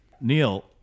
Neil